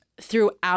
throughout